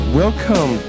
welcome